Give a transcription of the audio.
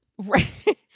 Right